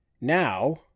Now